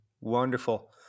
Wonderful